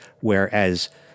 whereas